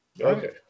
Okay